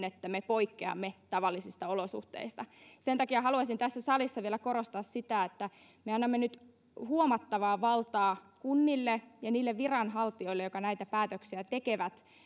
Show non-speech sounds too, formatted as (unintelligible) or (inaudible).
(unintelligible) että me poikkeamme tavallisista olosuhteista sen takia haluaisin tässä salissa vielä korostaa sitä että me annamme nyt huomattavaa valtaa kunnille ja niille viranhaltijoille jotka näitä päätöksiä tekevät